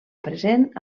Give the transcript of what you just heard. present